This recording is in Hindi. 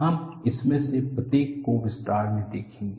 हम इनमें से प्रत्येक को विस्तार से देखेंगे